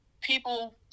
people